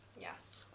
yes